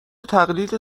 تقلید